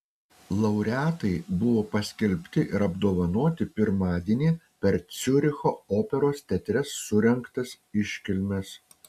laureatai buvo paskelbti ir apdovanoti pirmadienį per ciuricho operos teatre surengtas iškilmes